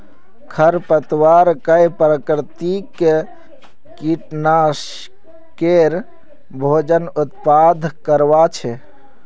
खरपतवार कई प्राकृतिक कीटनाशकेर भोजन उपलब्ध करवा छे